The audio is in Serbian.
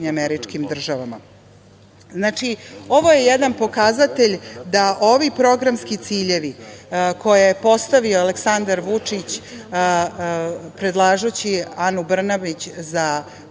odnosi sa SAD.Znači, ovo je jedan pokazatelj da ovi programski ciljevi koje je postavio Aleksandar Vučić, predlažući Anu Brnabić za